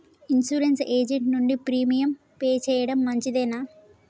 Insurance agent నుండి premium pay చేయడం మంచిదేనా?